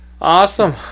awesome